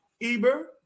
Eber